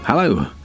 Hello